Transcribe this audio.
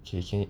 K K